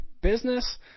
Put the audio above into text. business